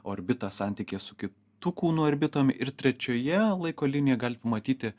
orbita santykyje su kitu kūnu orbitom ir trečioje laiko linijoj galit pamatyti